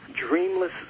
dreamless